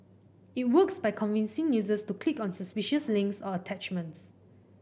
it works by convincing users to click on suspicious links or attachments